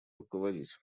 руководить